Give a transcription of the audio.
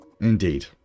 indeed